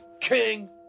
king